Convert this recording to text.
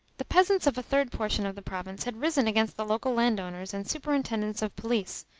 the peasants of a third portion of the province had risen against the local landowners and superintendents of police,